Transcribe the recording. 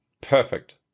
Perfect